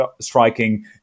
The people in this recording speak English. striking